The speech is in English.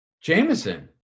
Jameson